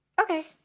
Okay